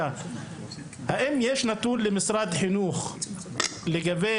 האם יש נתון למשרד החינוך לגבי